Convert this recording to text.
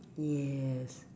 yes